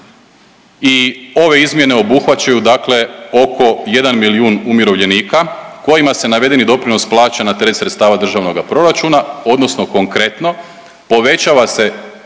i ove izmjene obuhvaćaju dakle oko 1 milijun umirovljenika kojima se navedeni doprinos plaća na teret sredstava Državnog proračuna odnosno konkretno povećava se